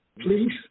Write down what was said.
please